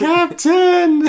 Captain